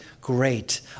great